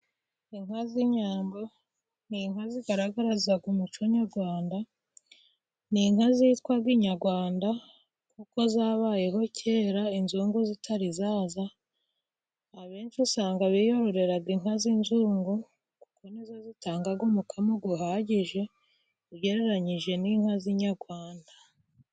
Inka z'inyambo ni inka, zigaragaraza umuco nyarwanda, ni inka zitwa inyarwanda, kuko zabayeho kera, inzungu zitari zaza, abenshi usanga biyororera inka z'inzungu, kuko nizo zitanga umukamo uhagije, ugereranyije n'inka z'inyarwanda.